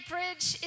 Bridge